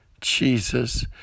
Jesus